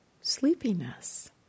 Sleepiness